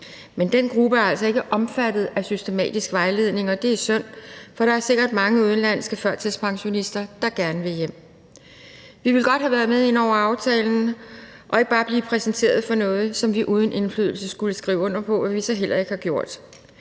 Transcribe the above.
men den gruppe er altså ikke omfattet af systematisk vejledning, og det er synd, for der er sikkert mange udenlandske førtidspensionister, der gerne vil hjem. Vi ville godt have været med ind over aftalen og ikke bare blive præsenteret for noget, som vi uden indflydelse skulle skrive under på, hvad vi så heller ikke har gjort.